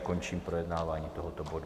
Končím projednávání tohoto bodu.